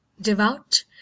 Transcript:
devout